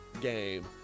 game